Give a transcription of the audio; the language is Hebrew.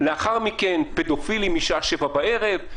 לאחר מכן פדופילים משעה 19:00,